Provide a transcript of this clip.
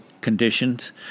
conditions